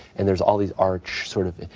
and there's all these arch sort of,